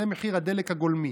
זה מחיר הדלק הגולמי.